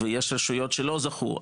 וגם רשויות שלא זכו,